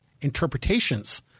interpretations